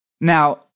Now